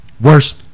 Worse